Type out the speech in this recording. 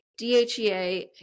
DHEA